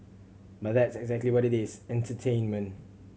but that's exactly what it is entertainment